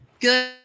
good